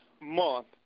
month